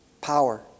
Power